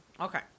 Okay